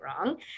wrong